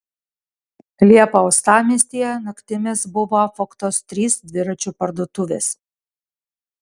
liepą uostamiestyje naktimis buvo apvogtos trys dviračių parduotuvės